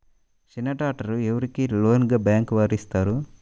చిన్న ట్రాక్టర్ ఎవరికి లోన్గా బ్యాంక్ వారు ఇస్తారు?